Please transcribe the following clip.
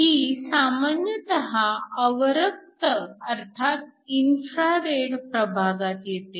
ही सामान्यतः अवरक्त अर्थात इन्फ्रारेड प्रभागात येते